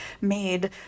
made